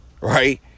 Right